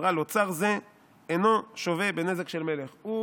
"אמרה לו צר זה אינו שוה בנזק של מלך", הוא,